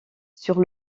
sur